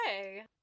Okay